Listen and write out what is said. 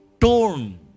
torn